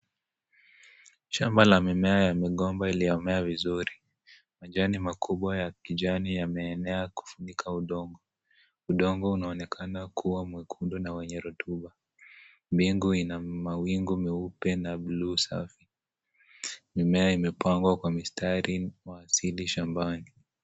Shamba la mimea ya migomba iliyomea vizuri. Majani makubwa ya kijani yameenea kufunika udongo. Udongo unaonekana kuwa mwekundu na wenye rotuba. Mbingu ina mawingi mwupe na buluu safi. Mimea imepangwa kwa mistari wa asali shambani.